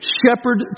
shepherd